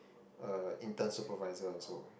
uh intern supervisor also